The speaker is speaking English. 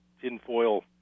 tinfoil